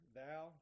thou